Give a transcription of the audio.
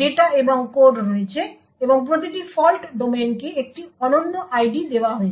data এবং code রয়েছে এবং প্রতিটি ফল্ট ডোমেনকে একটি অনন্য আইডি দেওয়া হয়েছে